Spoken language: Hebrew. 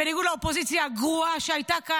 בניגוד לאופוזיציה הגרועה שהייתה כאן,